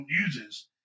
uses